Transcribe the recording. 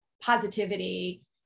positivity